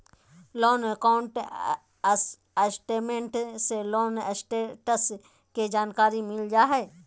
loan account statement से loan status के जानकारी मिल जा हय